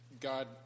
god